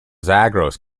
zagros